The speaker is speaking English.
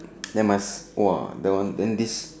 then must !wah! that one then this